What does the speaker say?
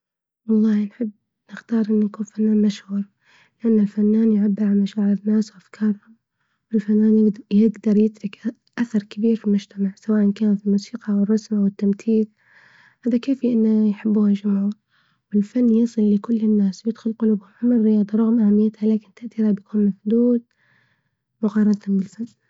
والله نحب نختار إن نكون برنامج مشهور لإنه فنان يعبر عن مشاعر ناس أفكارهم والفنان يق-يقدر يترك أثر كبير في المجتمع، سواء كانت الموسيقى، والرسم أو التمثيل، هذا كافي إنه يحبون المشهور، والفن يصل لكل الناس ويدخل قلوبهم، أما الرياضة رغم أهميتها لكن تأثيرها يكون محدود مقارنة بالفن.